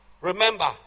remember